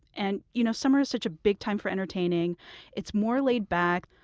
and you know summer is such a big time for entertaining it's more laid back.